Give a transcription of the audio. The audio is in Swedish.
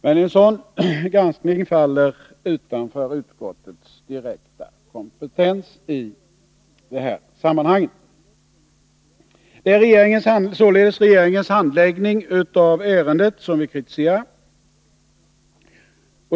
Men en sådan granskning faller utanför utskottets direkta kompetens i de här sammanhangen. Det är således regeringens handläggning av ärendet som vi kritiserar.